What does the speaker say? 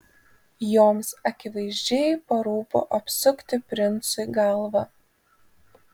joms akivaizdžiai parūpo apsukti princui galvą